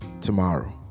tomorrow